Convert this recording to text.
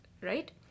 right